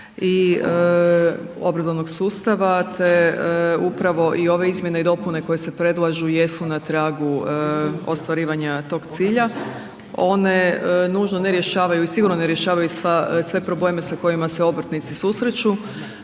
i obrazovnog sustava te upravo i ove izmjene i dopune koje se predlažu jesu na tragu ostvarivanja tog cilja. One nužno ne rješavaju i sigurno ne rješavaju sve probleme sa kojima se obrtnici susreću,